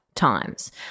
times